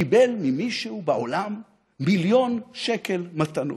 קיבל ממישהו בעולם מיליון שקל מתנות,